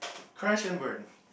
crash and burn